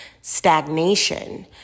stagnation